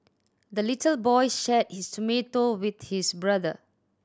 the little boy shared his tomato with his brother